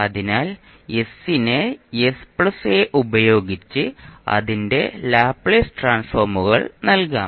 അതിനാൽ s നെ sa ഉപയോഗിച്ച് മാറ്റി അതിന്റെ ലാപ്ലേസ് ട്രാൻസ്ഫോർമുകൾ നൽകാം